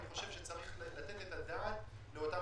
אני חושב שצריך לתת את הדעת על אותם